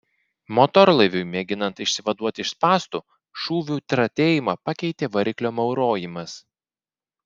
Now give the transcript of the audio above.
motorlaiviui mėginant išsivaduoti iš spąstų šūvių tratėjimą pakeitė variklio maurojimas